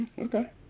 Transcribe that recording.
Okay